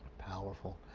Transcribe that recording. powerful.